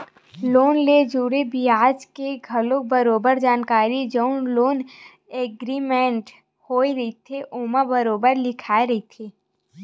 loan ले जुड़े बियाज के घलो बरोबर जानकारी जउन लोन एग्रीमेंट होय रहिथे ओमा बरोबर लिखाए रहिथे